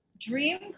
dream